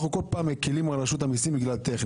אנחנו בכל פעם מקלים על רשות המיסים בגלל טכני.